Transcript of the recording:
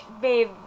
babe